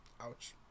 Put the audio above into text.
Ouch